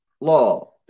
law